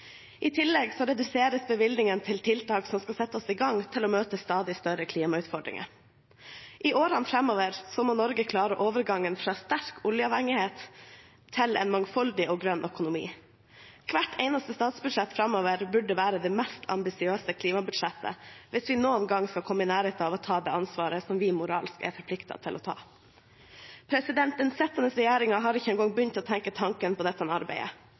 I tillegg reduseres bevilgningene til tiltak som skal sette oss i stand til å møte stadig større klimautfordringer. I årene framover må Norge klare overgangen fra sterk oljeavhengighet til en mangfoldig og grønn økonomi. Hvert eneste statsbudsjett framover bør være det mest ambisiøse klimabudsjettet hvis vi noen gang skal komme i nærheten av å ta det ansvaret vi moralsk sett er forpliktet til å ta. Den sittende regjeringen har ikke engang begynt å tenke tanken på dette arbeidet.